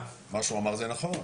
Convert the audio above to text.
מה שהוא אמר זה נכון.